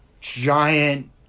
giant